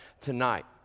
tonight